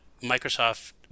Microsoft